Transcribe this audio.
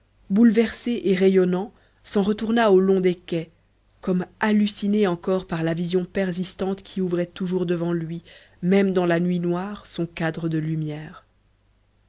bouleversé et rayonnant s'en retourna au long des quais comme halluciné encore par la vision persistante qui ouvrait toujours devant lui même dans la nuit noire son cadre de lumière